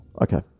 Okay